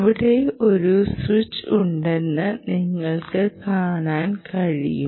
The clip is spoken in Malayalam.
ഇവിടെ ഒരു സ്വിച്ച് ഉണ്ടെന്ന് നിങ്ങൾക്ക് കാണാൻ കഴിയും